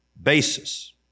basis